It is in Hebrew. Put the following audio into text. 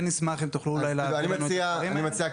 אני מציע,